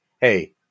Hey